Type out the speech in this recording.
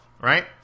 Right